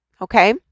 Okay